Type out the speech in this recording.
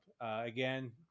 Again